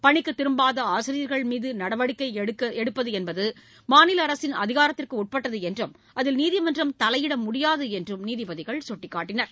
பணிக்கு திரும்பாத ஆசிரியர்கள்மீது நடவடிக்கை எடுப்பது மாநில அரசின் அதிகாரத்திற்கு உட்பட்டது என்றும் அதில் நீதிமன்றம் தலையிட முடியாது என்றும் நீதிபதிகள் சுட்டிக்காட்டினர்